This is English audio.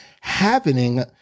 happening